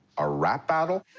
a rap battle?